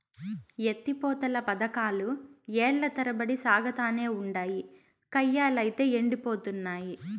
ఎత్తి పోతల పదకాలు ఏల్ల తరబడి సాగతానే ఉండాయి, కయ్యలైతే యెండిపోతున్నయి